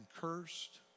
cursed